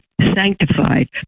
sanctified